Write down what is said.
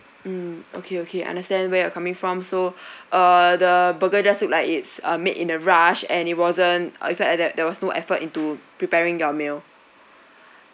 mm okay okay I understand where you're coming from so uh the burger just looked like it's uh made in a rush and it wasn't uh in fact that there was no effort into preparing your meal